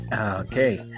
Okay